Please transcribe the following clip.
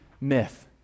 myth